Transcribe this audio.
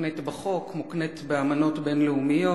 שמוקנית על-פי חוק ועל-פי אמנות בין-לאומיות.